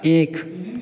एक